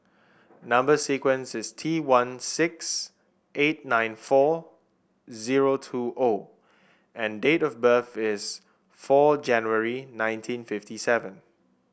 number sequence is T one six eight nine four zero two O and date of birth is four January nineteen fifteen seven